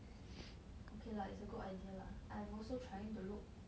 okay lah it's a good idea lah I've also trying to look